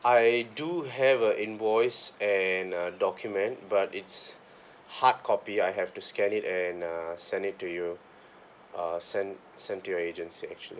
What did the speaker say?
I do have a invoice and a document but it's hard copy I have to scan it and uh send it to you uh send send to your agency actually